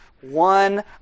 one